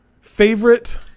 favorite